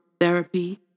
therapy